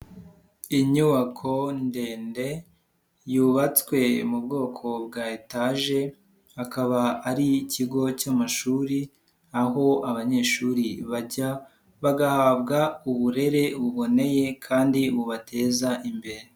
Inyubako ndende yubatswe mu bwoko bwa etaje akaba ari ikigo cy'amashuri, aho abanyeshuri bajya, bagahabwa uburere buboneye kandi bubateza imbere.